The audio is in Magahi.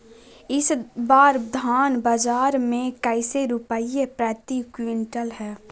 इस बार धान बाजार मे कैसे रुपए प्रति क्विंटल है?